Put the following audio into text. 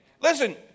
Listen